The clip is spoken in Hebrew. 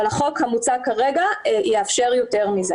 אבל החוק המוצע יאפשר יותר מזה.